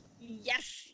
Yes